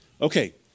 Okay